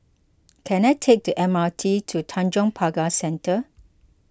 can I take the M R T to Tanjong Pagar Centre